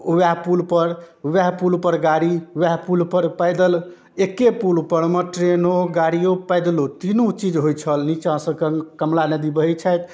वएह पुलपर वएह पुलपर गाड़ी वएह पुलपर पैदल एक्के पुलपरमे ट्रेनो गाड़िओ पैदलो तीनू चीज होइ छल निचाँसँ कऽ कमला नदी बहै छथि